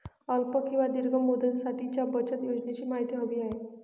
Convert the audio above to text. अल्प किंवा दीर्घ मुदतीसाठीच्या बचत योजनेची माहिती हवी आहे